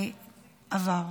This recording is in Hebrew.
עבר.